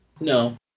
No